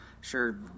sure